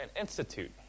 institute